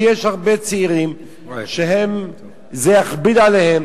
כי יש הרבה צעירים שזה יכביד עליהם.